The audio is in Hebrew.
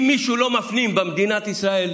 אם מישהו לא מפנים במדינת ישראל,